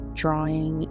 drawing